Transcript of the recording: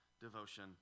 devotion